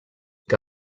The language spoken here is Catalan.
que